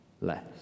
less